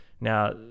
now